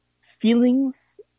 feelings